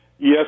Yes